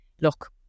look